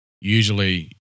Usually